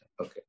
Okay